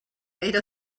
era